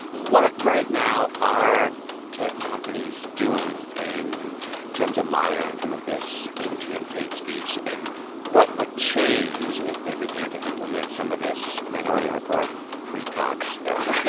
what, right now, are tech companies doing in terms of monitoring some of this intense hate speech? and what would change if they began to implement some of this minority report precog stuff?